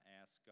ask